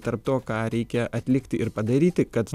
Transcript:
tarp to ką reikia atlikti ir padaryti kad